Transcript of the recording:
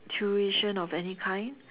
tuition of any kind